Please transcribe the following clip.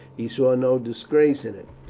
he saw no disgrace in it.